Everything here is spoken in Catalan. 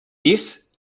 pis